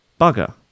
Bugger